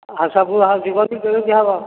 ଆଉ ସବୁ ଆଉ ଯିବନି କେମିତି ହେବ